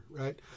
right